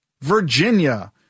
Virginia